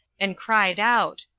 and cried out,